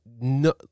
no